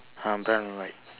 ah brown and white